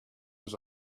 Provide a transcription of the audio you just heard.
was